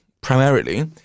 primarily